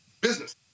business